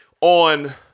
on